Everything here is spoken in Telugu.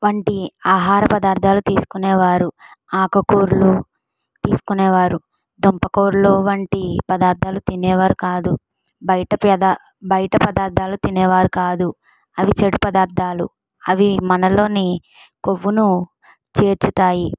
వంటి ఆహార పదార్థాలు తీసుకునేవారు ఆకుకూరలు తీసుకునేవారు దుంప కోళ్ళు వంటి పదార్థాలు తినేవారు కాదు బయట వ్యద బయట పదార్థాలు తినేవారు కాదు అవి చెడు పదార్థాలు అవి మనలోని కొవ్వును చేర్చుతాయి